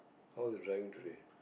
how was your driving today